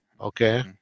Okay